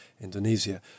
Indonesia